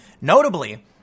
Notably